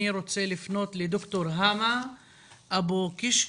אני רוצה לפנות לד"ר האמה אבו קשק,